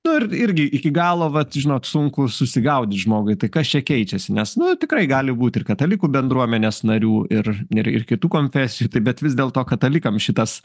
nu ir irgi iki galo vat žinot sunku susigaudyt žmogui tai kas čia keičiasi nes nu tikrai gali būt ir katalikų bendruomenės narių ir ir ir kitų konfesijų bet vis dėlto katalikam šitas